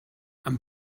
and